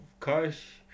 cash